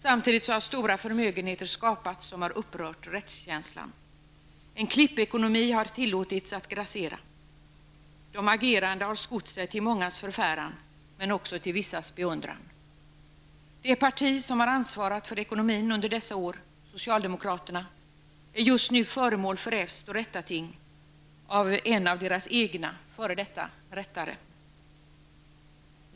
Samtidigt har stora förmögenheter skapats, vilket har upprört rättskänslan. En klippekonomi har tillåtits grassera. De agerande har skott sig till mångas förfäran men också till vissas beundran. Det parti som har haft ansvaret för ekonomin under dessa år, socialdemokraterna, är just nu föremål för räfst och rättarting av en av partiets egna f.d. rättare.